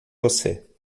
você